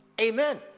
amen